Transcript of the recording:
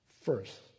First